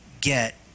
get